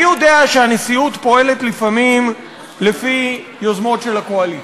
אני יודע שהנשיאות פועלת לפעמים לפי יוזמות של הקואליציה,